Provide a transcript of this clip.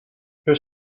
her